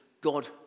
God